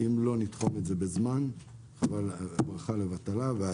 אם לא נתחום בזמן, אז חבל.